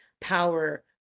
power